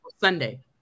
Sunday